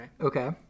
Okay